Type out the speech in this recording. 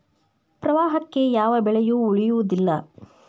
ಪ್ರವಾಹಕ್ಕೆ ಯಾವ ಬೆಳೆಯು ಉಳಿಯುವುದಿಲ್ಲಾ